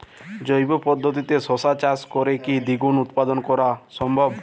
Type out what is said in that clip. জৈব পদ্ধতিতে শশা চাষ করে কি দ্বিগুণ উৎপাদন করা সম্ভব?